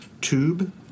tube